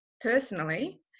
personally